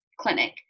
clinic